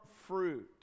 fruit